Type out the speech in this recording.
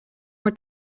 were